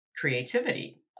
creativity